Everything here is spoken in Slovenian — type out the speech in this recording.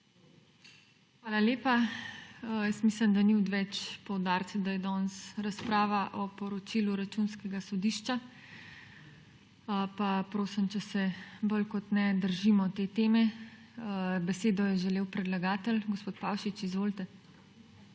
Hvala lepa. Mislim, da ni odveč poudariti, da je danes razprava o poročilu Računskega sodišča. Prosim, da se bolj kot ne držimo te teme. Besedo je želel predlagatelj. Gospod Pavšič, izvolite.